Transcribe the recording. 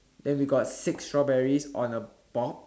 then we got six strawberries on a box